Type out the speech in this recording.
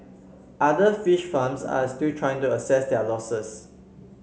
other fish farms are still trying to assess their losses